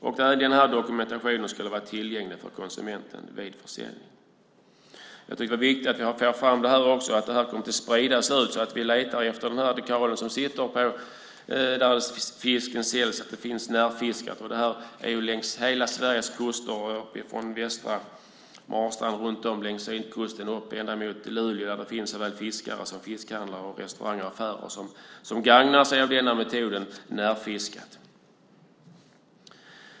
Även denna dokumentation ska vara tillgänglig för konsumenten vid försäljning. Jag tycker att det är viktigt att vi får fram detta så att det sprids. När vi letar efter fisk där den säljs ska vi kunna se att det finns Närfiskat. Detta gäller längs hela Sveriges kuster - uppifrån den västra kusten vid Marstrand runt om sydkusten och ända upp till Luleå. Där finns såväl fiskare som fiskhandlare och restauranger och affärer som begagnar sig av denna metod - Närfiskat.